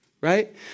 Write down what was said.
right